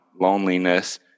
loneliness